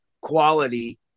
quality